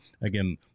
Again